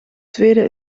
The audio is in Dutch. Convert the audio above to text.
tweede